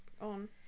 on